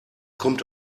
kommt